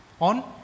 on